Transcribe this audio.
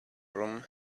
room